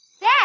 Dad